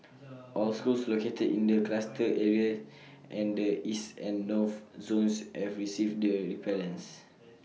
all schools located in the cluster areas and the east and north zones have received the repellents